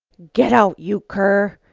get out, you cur!